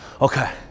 Okay